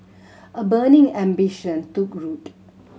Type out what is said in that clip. a burning ambition took root